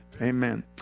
Amen